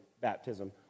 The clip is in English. baptism